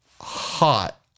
hot